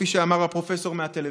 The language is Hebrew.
כפי שאמר הפרופסור מהטלוויזיה,